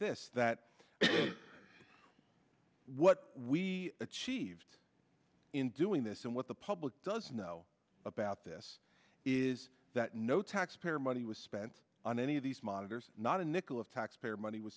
this that what we achieved in doing this and what the public doesn't know about this is that no taxpayer money was spent on any of these monitors not a nickel of taxpayer money w